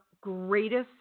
greatest